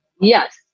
Yes